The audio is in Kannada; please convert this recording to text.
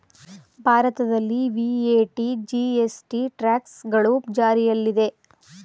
ಭಾರತದಲ್ಲಿ ವಿ.ಎ.ಟಿ, ಜಿ.ಎಸ್.ಟಿ, ಟ್ರ್ಯಾಕ್ಸ್ ಗಳು ಜಾರಿಯಲ್ಲಿದೆ